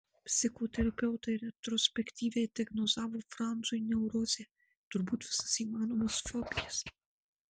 psichoterapeutai retrospektyviai diagnozavo franzui neurozę ir turbūt visas įmanomas fobijas